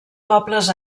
pobles